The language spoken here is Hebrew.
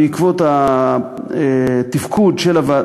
בעקבות התפקוד של הוועדה,